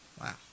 Wow